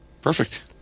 Perfect